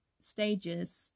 stages